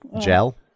Gel